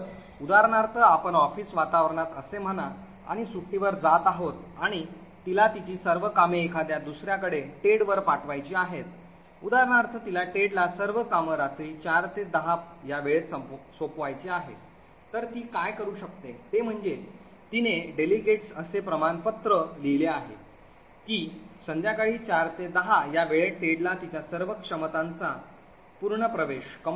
तर उदाहरणार्थ आपण ऑफिस वातावरणात असे म्हणा आणि सुट्टीवर जात आहोत आणि तिला तिची सर्व कामे एखाद्या दुसर्याकडे टेडवर पाठवायची आहेत उदाहरणार्थ तिला टेडला सर्व काम रात्री 4PM ते 10PM या वेळेत सोपवायचे आहे तर ती काय करू शकते ते म्हणजे तिने प्रतिनिधींना असे प्रमाणपत्र लिहिले आहे की संध्याकाळी 4PM ते 10PM या वेळेत टेडला तिच्या सर्व क्षमतांचा पूर्ण प्रवेश आहे